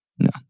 No